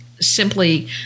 simply